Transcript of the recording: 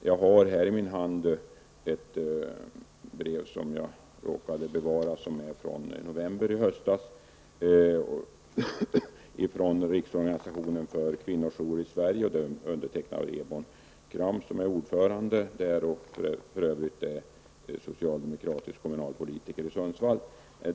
Jag har i min hand ett brev från november i höstas från Riksorganisationen för kvinnojourer i Sverige, undertecknat av Ebon Kram som är ordförande och för övrigt socialdemokratisk kommunalpolitiker i Sundsvall.